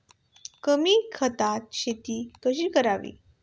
कमी खतात शेती कशी करावी?